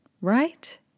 right